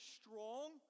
strong